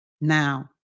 Now